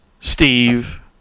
Steve